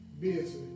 Busy